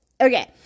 Okay